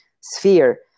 sphere